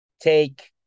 take